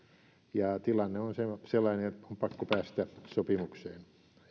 ja tilanne on sellainen että on pakko päästä sopimukseen